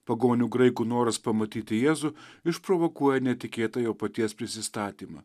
pagonių graikų noras pamatyti jėzų išprovokuoja netikėtą jo paties prisistatymą